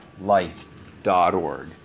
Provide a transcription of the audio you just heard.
life.org